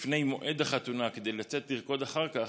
לפני מועד החתונה כדי לצאת לרקוד אחר כך,